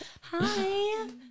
hi